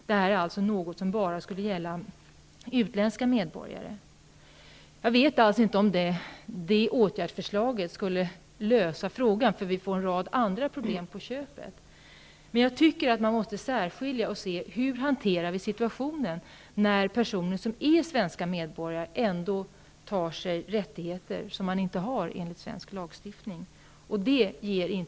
Det här är alltså något som bara skulle gälla ursprungligen utländska medborgare. Jag vet alltså inte om det åtgärdsförslaget skulle lösa problemet. Det uppstår en rad andra problem på köpet. Men vi måste se över hur situationen skall hanteras när personer som är svenska medborgare ändå tar sig rättigheter de inte har enligt svensk lagstiftning.